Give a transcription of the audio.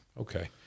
Okay